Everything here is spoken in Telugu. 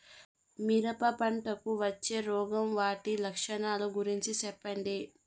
మిరప పంటకు వచ్చే రోగం వాటి లక్షణాలు గురించి చెప్పండి?